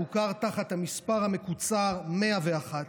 המוכר תחת המספר המקוצר 101,